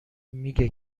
میگه